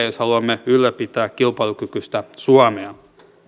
jos haluamme ylläpitää kilpailukykyistä suomea